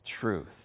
truth